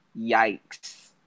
Yikes